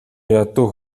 ядуу